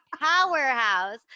powerhouse